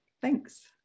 Thanks